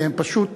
כי הן פשוט,